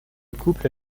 couple